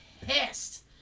pissed